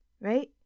right